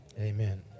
Amen